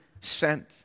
sent